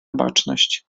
baczność